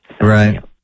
Right